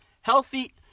Healthy